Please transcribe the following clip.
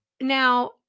Now